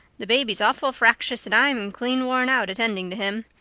the baby's awful fractious, and i'm clean worn out attending to him.